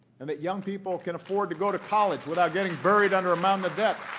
and that young people can afford to go to college without getting buried under a mountain of debt.